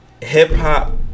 Hip-hop